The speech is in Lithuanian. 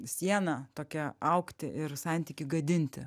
siena tokia augti ir santykį gadinti